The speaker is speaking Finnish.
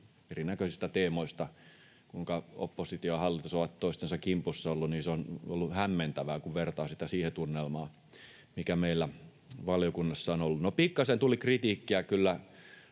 erinäköisistä teemoista, kuinka oppositio ja hallitus ovat toistensa kimpussa olleet, niin se on ollut hämmentävää, kun vertaa sitä siihen tunnelmaan, mikä meillä valiokunnassa on ollut. — No pikkaisen tuli kyllä